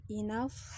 enough